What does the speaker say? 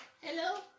Hello